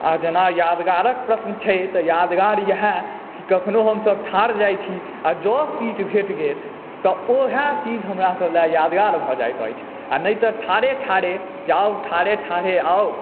आ जेना यादगारक प्रश्न छै तऽ यादगार इयाह जे कखनो हमसभ ठाढ़ जाइ छी आ जँ सीट भेट गेल तऽ वएहे चीज हमरा सभ लेल यादगार भऽ जाइत अछि आ नहि तऽ ठाढ़े ठाढ़े जाउ ठाढ़े ठाढ़े आउ